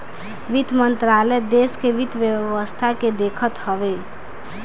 वित्त मंत्रालय देस के वित्त व्यवस्था के देखत हवे